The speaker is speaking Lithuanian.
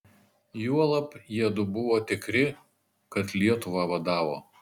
juolab jiedu buvo tikri kad lietuvą vadavo